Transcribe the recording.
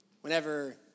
whenever